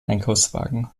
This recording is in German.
einkaufswagen